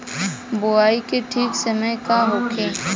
बुआई के ठीक समय का होखे?